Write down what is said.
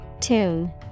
Tune